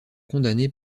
condamnés